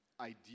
idea